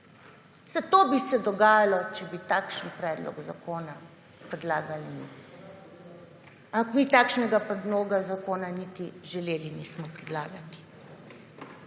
To bi se dogajalo, če bi takšen predlog zakona predlagali mi. Ampak mi takšnega predloga zakona niti želeli nismo predlagati.